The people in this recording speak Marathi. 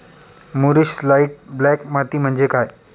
मूरिश लाइट ब्लॅक माती म्हणजे काय?